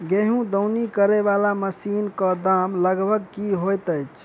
गेंहूँ दौनी करै वला मशीन कऽ दाम लगभग की होइत अछि?